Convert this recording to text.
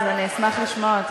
אני אשמח לשמוע אותך.